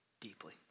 deeply